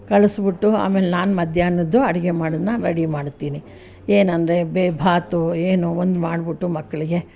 ಕಳಿಸಿಬಿಟ್ಟು ಆಮೇಲೆ ನಾನು ಮಧ್ಯಾಹ್ನದ್ದು ಅಡಿಗೆ ಮಾಡದ್ದನ್ನ ರೆಡಿ ಮಾಡ್ತೀನಿ ಏನೆಂದ್ರೆ ಬೇ ಬಾತು ಏನೋ ಒಂದು ಮಾಡಿಬಿಟ್ಟು ಮಕ್ಕಳಿಗೆ